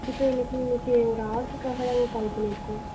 இப்போ இன்னைக்கு இன்னைக்கு ஒரு ஆடருக்காக தான்ங்க கால் பண்ணியிருக்கோம்